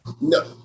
No